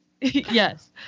Yes